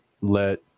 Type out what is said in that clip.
let